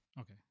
Okay